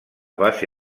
base